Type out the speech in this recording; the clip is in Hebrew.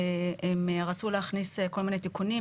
הם רצו להכניס כל מיני תיקונים.